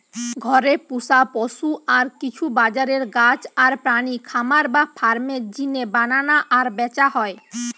ঘরে পুশা পশু আর কিছু বাজারের গাছ আর প্রাণী খামার বা ফার্ম এর জিনে বানানা আর ব্যাচা হয়